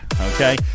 okay